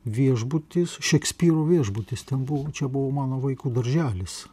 viešbutis šekspyro viešbutis ten buvo čia buvo mano vaikų darželis